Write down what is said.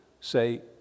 say